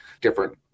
different